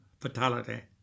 fatality